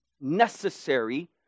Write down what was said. necessary